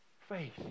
Faith